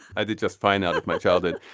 i did just fine out of my childhood.